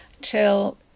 till